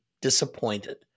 disappointed